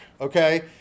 okay